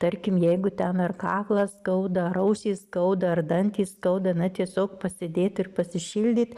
tarkim jeigu ten ar kaklą skauda ar ausį skauda ar dantį skauda na tiesiog pasėdėti ir pasišildyt